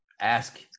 ask